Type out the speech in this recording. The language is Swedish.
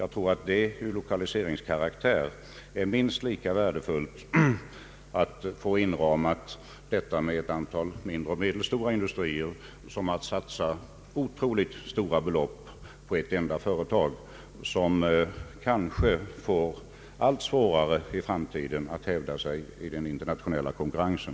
Från lokaliseringssynpunkt är det lika värdefullt att få järnverket inramat av ett antal mindre och medelstora industrier som att satsa otroligt stora belopp på ett enda företag, som kanske i framtiden får allt svårare att hävda sig i den interi ationella konkurrensen.